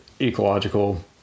ecological